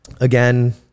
again